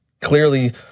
clearly